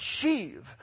achieve